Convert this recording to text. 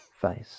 face